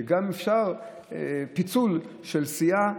שגם אפשר פיצול של סיעה,